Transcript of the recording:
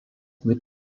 taip